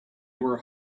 were